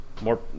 More